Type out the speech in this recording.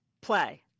Play